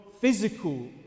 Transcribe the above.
physical